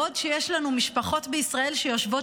בעוד יש לנו משפחות בישראל שיושבות